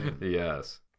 Yes